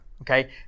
okay